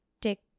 Tick